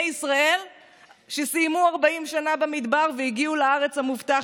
ישראל שסיימו ארבעים שנה במדבר והגיעו לארץ המובטחת,